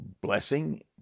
blessing